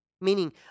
Meaning